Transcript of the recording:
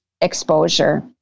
exposure